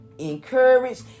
encouraged